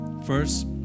First